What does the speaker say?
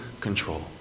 control